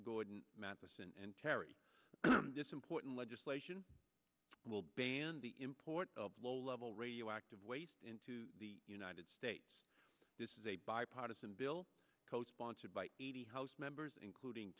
gordon matheson and terry this important legislation will ban the import of low level radioactive waste into the united states this is a bipartisan bill co sponsored by eighty house members including